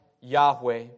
Yahweh